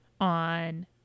on